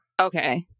Okay